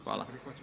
Hvala.